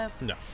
No